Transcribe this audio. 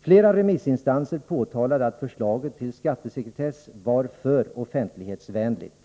Flera remissinstanser påtalade att förslaget till skattesekretess var för offentlighetsvänligt.